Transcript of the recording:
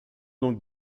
donc